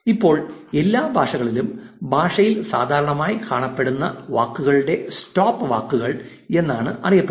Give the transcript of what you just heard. ഇപ്പോൾ എല്ലാ ഭാഷകളിലും ഭാഷയിൽ സാധാരണയായി കാണപ്പെടുന്ന വാക്കുകളെ സ്റ്റോപ്പ് വാക്കുകൾ എന്നാണ് അറിയപ്പെടുന്നത്